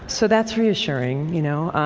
so that's reassuring, you know.